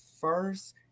first